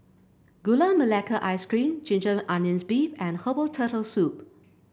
Gula Melaka Ice Cream Ginger Onions beef and Herbal Turtle Soup